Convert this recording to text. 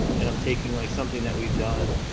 and i'm taking like something that we've done,